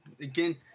again